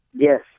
Yes